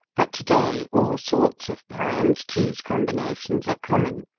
but today all sorts of pie and cheese combinations are common,